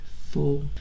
four